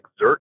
exert